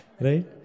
Right